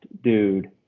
dude